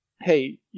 hey